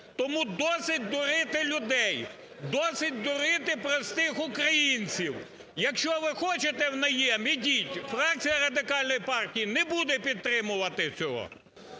Тому досить дурити людей! Досить дурити простих українців! Якщо ви хочете в найєм, ідіть. Фракція Радикальної партії не буде підтримувати цього!